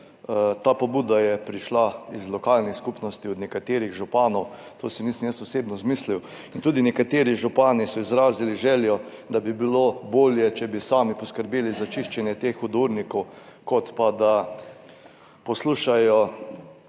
ta pobuda je prišla iz lokalnih skupnosti, od nekaterih županov, to si nisem jaz osebno izmislil, in tudi nekateri župani so izrazili željo, da bi bilo bolje, če bi sami poskrbeli za čiščenje teh hudournikov, kot pa da poslušajo